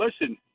Listen